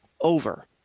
over